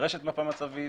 נדרשת מפה מצבית